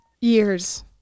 years